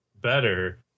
better